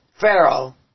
Pharaoh